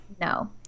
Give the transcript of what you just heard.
No